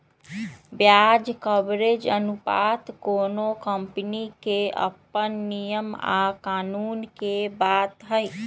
ब्याज कवरेज अनुपात कोनो कंपनी के अप्पन नियम आ कानून के बात हई